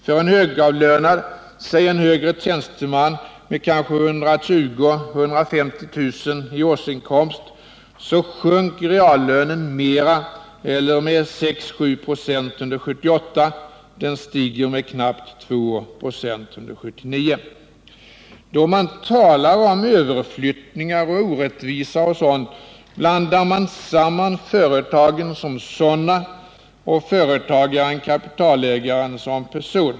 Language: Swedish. För en högavlönad, säg en högre tjänsteman med 120 000 - 150 000 i årsinkomst, sjönk reallönen med 6-7 96 under 1978. Den stiger med knappt 2 26 1979. Då man talar om överflyttningar, orättvisa etc. blandar man samman företagen som sådana och företagaren/kapitalägaren som person.